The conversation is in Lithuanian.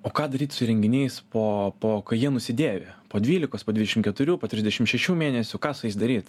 o ką daryti su renginiais po po kai jie nusidėvi po dvylikos po dvidešim keturių trisdešim šešių mėnesių ką su jais daryt